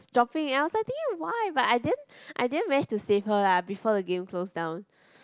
dropping eh I was thinking why but I didn't I didn't manage to save her lah before the game close down